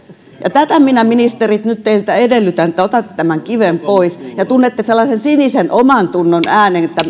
tätä minä ministerit nyt teiltä edellytän että otatte tämän kiven pois ja tunnette sellaisen sinisen omantunnon äänen